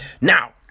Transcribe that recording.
Now